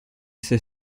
sei